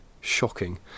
shocking